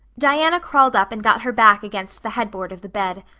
diana crawled up and got her back against the headboard of the bed.